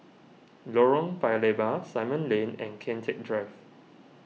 Lorong Paya Lebar Simon Lane and Kian Teck Drive